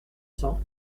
cents